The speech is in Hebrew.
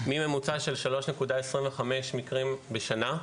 מממוצע של 3.25 מקרים בשנה,